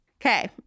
okay